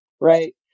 right